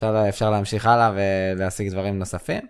אפשר להמשיך הלאה ולהשיג דברים נוספים.